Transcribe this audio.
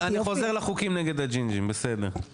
טוב, אני חוזר לחוקים נגד הג'ינג'ים בסדר.